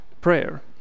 prayer